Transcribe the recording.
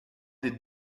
des